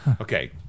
Okay